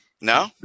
No